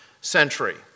century